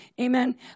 Amen